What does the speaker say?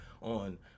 on